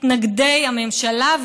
מתנגדי הממשלה,